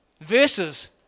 verses